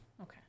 Okay